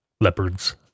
leopards